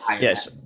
Yes